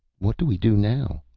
what do we do now?